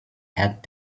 had